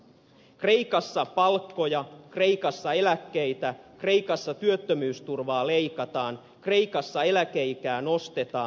kreikassa palkkoja eläkkeitä ja työttömyysturvaa leikataan kreikassa eläkeikää nostetaan